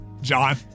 John